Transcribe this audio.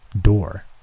door